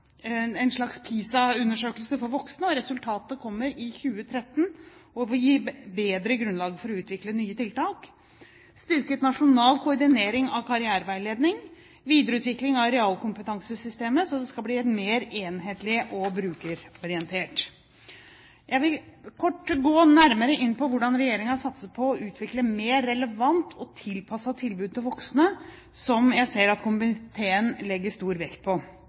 en slags PISA-undersøkelse for voksne, hvor resultatene kommer i 2013 og vil gi bedre grunnlag for å utvikle nye tiltak styrket nasjonal koordinering av karriereveiledning videreutvikling av realkompetansesystemet så det skal bli mer enhetlig og brukerorientert Jeg vil kort gå nærmere inn på hvordan regjeringen satser på å utvikle mer relevante og tilpassede tilbud til voksne, som jeg ser at komiteen legger stor vekt på.